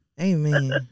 amen